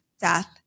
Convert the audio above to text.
death